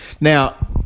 Now